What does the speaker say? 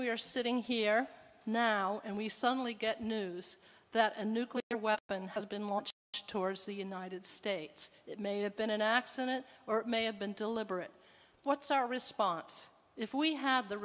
are sitting here now and we suddenly get news that a nuclear weapon has been launched towards the united states it may have been an accident or may have been deliberate what's our response if we have the